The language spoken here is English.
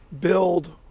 build